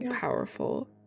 powerful